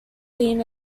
seen